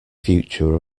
future